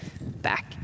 back